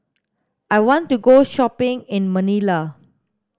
I want to go shopping in Manila